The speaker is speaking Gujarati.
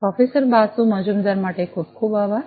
પ્રોફેસર બાસુ મજમુદરે માટે ખૂબ ખૂબ આભાર